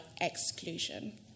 exclusion